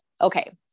okay